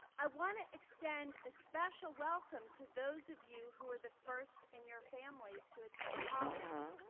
i want to extend a special welcome to those of you who are the first in your families to attend college.